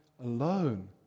alone